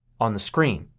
on the screen.